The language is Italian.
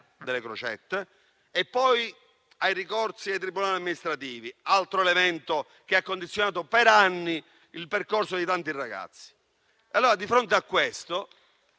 delle crocette e poi ai ricorsi ai tribunali amministrativi, altro elemento che ha condizionato per anni il percorso di tanti ragazzi. Di fronte a questo